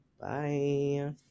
Bye